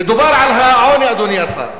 מדובר על העוני, אדוני השר.